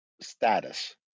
status